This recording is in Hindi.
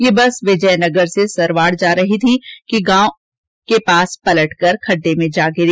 ये बस विजय नगर से सरवाड जा रही थी कि गांव के पास पलट कर खड्डे में जा गिरी